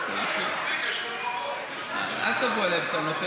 יש לכם, אל תבוא אליי בטענות.